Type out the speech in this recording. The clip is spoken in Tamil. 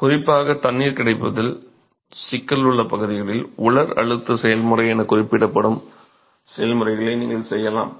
குறிப்பாக தண்ணீர் கிடைப்பதில் சிக்கல் உள்ள பகுதிகளில் உலர் அழுத்த செயல்முறை என குறிப்பிடப்படும் செயல்முறைகளை நீங்கள் செய்யலாம்